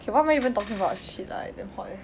okay what am I even talking about eh shit lah I damn hot eh